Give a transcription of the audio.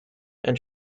and